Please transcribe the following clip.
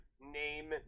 name